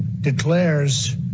declares